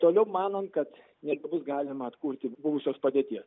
toliau manant kad jei bus galima atkurti buvusios padėties